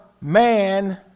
man